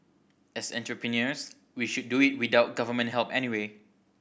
as entrepreneurs we should do it without Government help anyway